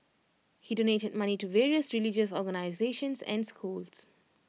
he donated money to various religious organisations and schools